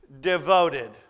devoted